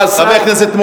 מה עשה.